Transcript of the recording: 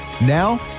Now